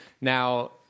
now